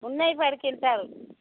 ఉన్నాయి పది క్వింటాల్